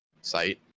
site